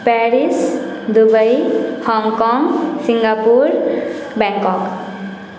Paris Dubai Hong Kong Singapore Bangkok